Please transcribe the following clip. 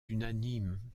unanime